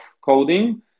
coding